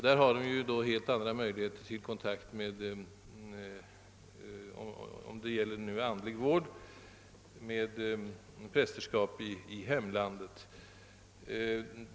Där har de ju då, om det nu gäller andlig vård, helt andra möjligheter till kontakt med prästerskap.